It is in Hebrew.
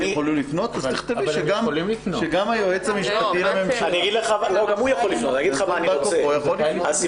אז תכתבי שגם היועץ המשפטי לממשלה או בא כוחו יכול לפנות.